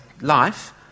life